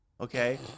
Okay